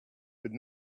would